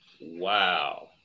Wow